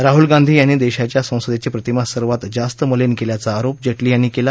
राहल गांधी यांनी देशाच्या संसदेची प्रतिमा सर्वात जास्त मलिन केल्याचा आरोप जेटली यांनी केला